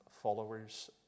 followers